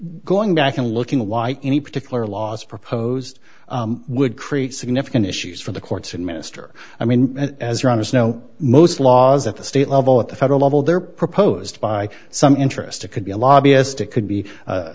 going back and looking at any particular laws proposed would create significant issues for the courts administer i mean as your honour's know most laws at the state level at the federal level they're proposed by some interest it could be a lobbyist it could be